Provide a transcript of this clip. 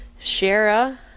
Shara